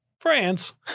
France